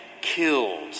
killed